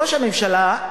ראש הממשלה,